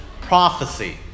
prophecy